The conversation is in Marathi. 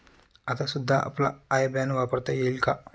आता सुद्धा आपला आय बॅन वापरता येईल का?